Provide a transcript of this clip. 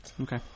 Okay